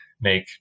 make